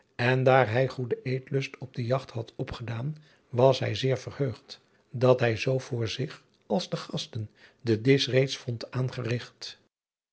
en daar hij goeden eetlust op de jagt had opgedaan was hij zeer verheugd dat hij zoo voor zich als de gasten den disch reeds vond